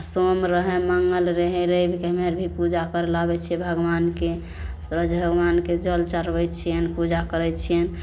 सोम रहै मङ्गल रहै रविके हम आर भी पूजा करैला आबै छियै भगवानके सूरज भगवानके जल चढ़बै छियैनि पूजा करै छियनि